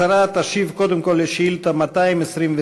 השרה תשיב קודם כול על שאילתה 229,